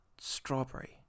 strawberry